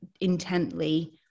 intently